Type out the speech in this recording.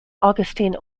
augustine